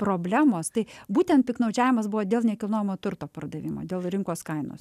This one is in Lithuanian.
problemos tai būtent piktnaudžiavimas buvo dėl nekilnojamo turto pardavimo dėl rinkos kainos